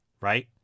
right